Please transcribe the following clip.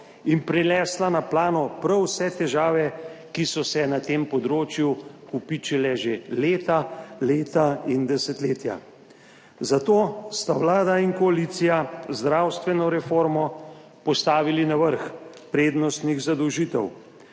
in prinesla na plano prav vse težave, ki so se na tem področju kopičile že leta, leta in desetletja, zato sta vlada in koalicija zdravstveno reformo postavili na vrh prednostnih zadolžitev.